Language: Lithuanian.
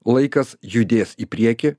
laikas judės į priekį